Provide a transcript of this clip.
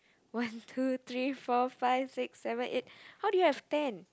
one two three four five six seven eight how do you have ten